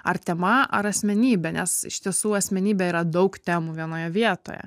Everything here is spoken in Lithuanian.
ar tema ar asmenybė nes iš tiesų asmenybė yra daug temų vienoje vietoje